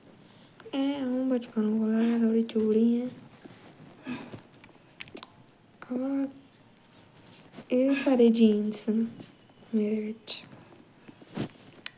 हैं अऊं बी बचपन कोला थोह्ड़ी चूह्ड़ी आं अवा एह् सारे जीनस न मेरे बिच्च